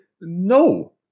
no